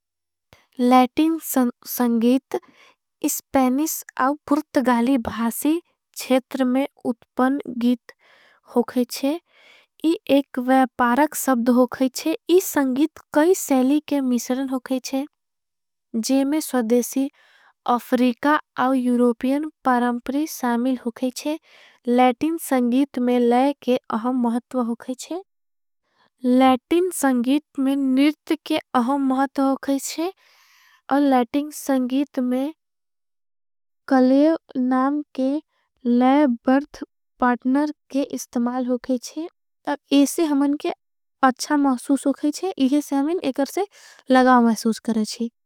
लैटिन संगीत इस्पैनिस औँ पुर्टगाली भासी छेत्र में उत्पन गीत। होगईच्छे इस एक वैपारक सब्द होगईच्छे इस संगीत कई। सेली के मिशरन होगईच्छे जे में स्वाधेसी अफरीका और। एउरोपियन परमपरी सामील होगईच्छे लैटिन संगीत में लै। के अहँ महत्वा होगईच्छे लैटिन संगीत में निर्द के अहँ महत्वा। होगईच्छे लैटिन संगीत में कलेव नाम के लै बर्थ पार्टनर के। इस्तमाल होगईच्छे इसे हमन के अच्छा महसूस होगईच्छे। इसे से हमन एकर से लगाओ महसूस करेच्छे।